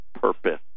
purpose